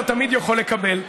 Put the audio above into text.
אתה תמיד יכול לקבל.